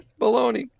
baloney